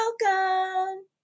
welcome